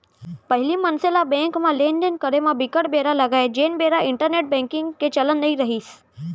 पहिली मनसे ल बेंक म लेन देन करे म बिकट बेरा लगय जेन बेरा इंटरनेंट बेंकिग के चलन नइ रिहिस